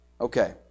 Okay